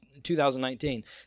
2019